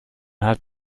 hat